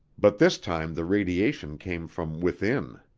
but this time the radiation came from within.